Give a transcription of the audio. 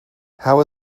how